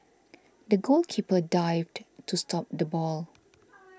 the goalkeeper dived to stop the ball